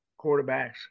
quarterbacks